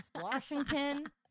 washington